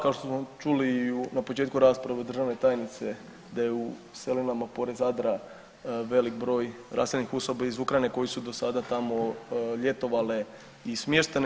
Kao što smo čuli na početku rasprave od državne tajnice da je u Selinama pored Zadra velik broj raseljenih osoba iz Ukrajine koji su do sada tamo ljetovale i smještene.